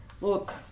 look